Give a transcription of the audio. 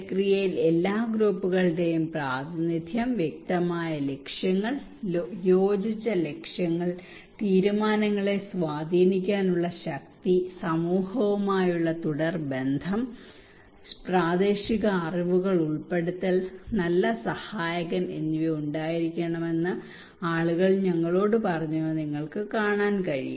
പ്രക്രിയയിൽ എല്ലാ ഗ്രൂപ്പുകളുടെയും പ്രാതിനിധ്യം വ്യക്തമായ ലക്ഷ്യങ്ങൾ യോജിച്ച ലക്ഷ്യങ്ങൾ തീരുമാനങ്ങളെ സ്വാധീനിക്കാനുള്ള ശക്തി സമൂഹവുമായുള്ള തുടർബന്ധം പ്രാദേശിക അറിവുകൾ ഉൾപ്പെടുത്തൽ നല്ല സഹായകൻ എന്നിവ ഉണ്ടായിരിക്കണമെന്ന് ആളുകൾ ഞങ്ങളോട് പറഞ്ഞത് നിങ്ങൾക്ക് കാണാൻ കഴിയും